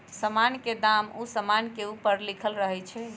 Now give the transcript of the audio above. समान के दाम उ समान के ऊपरे लिखल रहइ छै